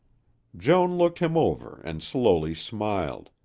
joan looked him over and slowly smiled.